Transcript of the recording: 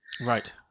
Right